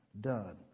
done